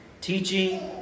teaching